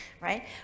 right